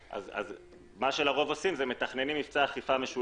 מה שעושים, מתכננים מבצע אכיפה משולב.